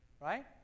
Right